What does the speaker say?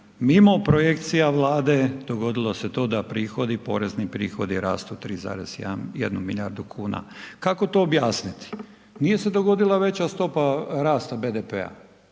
imamo projekcija Vlade, dogodilo se to da prihodi, porezni prihodi rastu 3,1 milijardu kuna. Kako to objasniti? Nije se dogodila veća stopa rasta BDP-a,